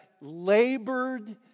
labored